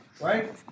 right